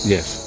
Yes